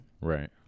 right